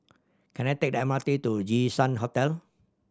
can I take the M R T to Jinshan Hotel